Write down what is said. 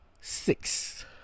six